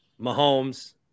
Mahomes